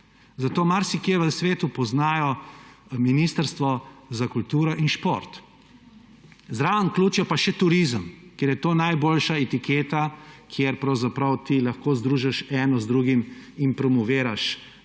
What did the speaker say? Zato marsikje v svetu poznajo Ministrstvo za kulturo in šport, zraven vključijo pa še turizem, ker je to najboljša etiketa, kjer pravzaprav lahko združiš eno z drugim in promoviraš in,